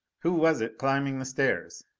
who was it climbing the stairs?